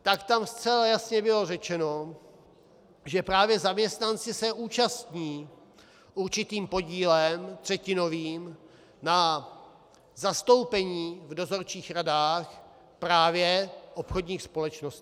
Tak tam zcela jasně bylo řečeno, že právě zaměstnanci se účastní určitým podílem, třetinovým, na zastoupení v dozorčích radách právě obchodních společností.